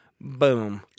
Boom